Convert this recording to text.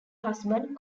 husband